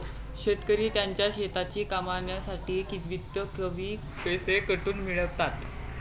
शेतकरी त्यांच्या शेतीच्या कामांसाठी वित्त किंवा पैसा कुठून मिळवतात?